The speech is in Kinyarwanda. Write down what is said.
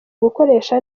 gukoresha